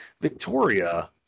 Victoria